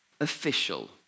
official